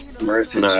Mercy